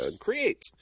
Create